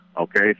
Okay